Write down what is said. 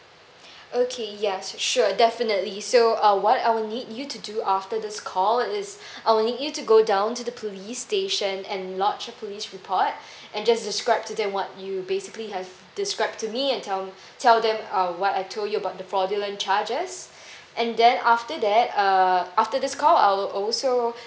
okay yes sure definitely so uh what I will need you to do after this call is I will need you to go down to the police station and lodge a police report and just describe to them what you basically have described to me and tell tell them uh what I told you about the fraudulent charges and then after that uh after this call I'll also